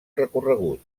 recorregut